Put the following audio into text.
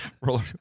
Roller